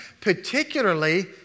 particularly